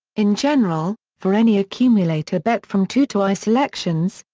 in general, for any accumulator bet from two to i selections,